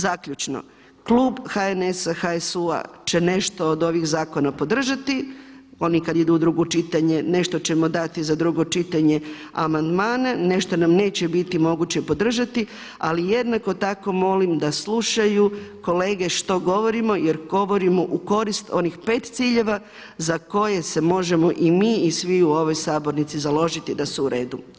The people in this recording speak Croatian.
Zaključno, klub HNS-a, HSU-a će nešto od ovih zakona podržati, oni kada idu u drugo čitanje, nešto ćemo dati za drugo čitanje amandmana, nešto nam neće biti moguće podržati, ali jednako tako molim da slušaju kolege što govorimo jer govorimo u korist onih pet ciljeva za koje se možemo i mi i svi u ovoj sabornici založiti da su uredu.